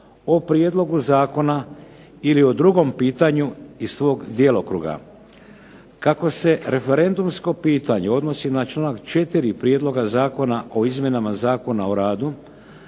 o prijedlogu zakona ili o drugom pitanju iz svog djelokruga. Kako se referendumsko pitanje odnosi na članak 4. Prijedloga zakona o izmjenama Zakona o radu